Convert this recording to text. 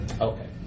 Okay